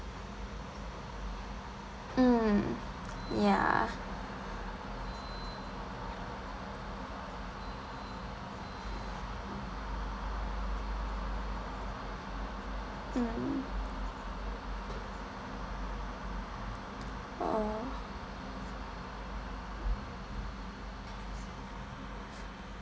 mm ya mm oh